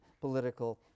political